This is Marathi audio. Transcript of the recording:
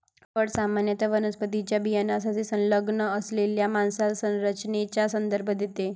फळ सामान्यत वनस्पतीच्या बियाण्याशी संलग्न असलेल्या मांसल संरचनेचा संदर्भ देते